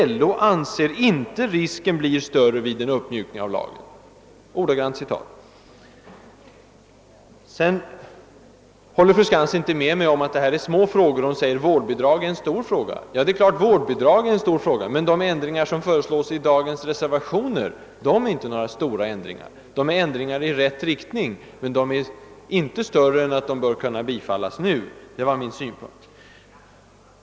LO anser inte risken blir större vid en uppmjukning av lagen.» Fru Skantz håller inte med mig om att diskussionen rör små frågor. Hon säger att vårdbidrag är en stor fråga. Naturligtvis är det riktigt, men de ändringar som föreslås i dagens reservationer är inte stora. De är ändringar i rätt riktning, men de är inte större än att de bör kunna bifallas nu. Det var min synpunkt.